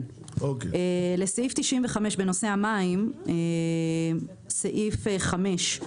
לסעיף 95 בנושא המים, סעיף 5,